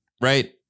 right